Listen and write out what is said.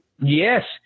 Yes